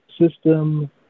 system